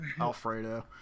Alfredo